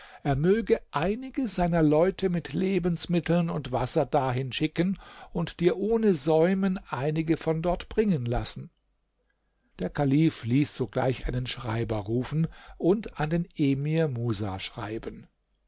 er möge einige seiner leute mit lebensmitteln und wasser dahin schicken und dir ohne säumen einige von dort bringen lassen der kalif ließ sogleich einen schreiber rufen und an den emir musa schreiben